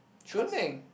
Chun-Ming